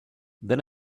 then